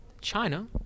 China